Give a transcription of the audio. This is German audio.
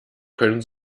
können